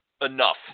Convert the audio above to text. enough